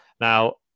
Now